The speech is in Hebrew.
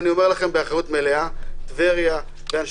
אני אומר לכם באחריות מלאה: אנשי